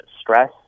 stress